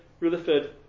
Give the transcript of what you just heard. Rutherford